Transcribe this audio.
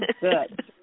good